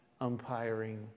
umpiring